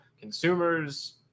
consumers